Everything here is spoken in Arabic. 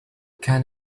كان